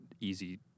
easy